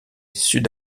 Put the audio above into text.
sud